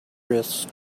risks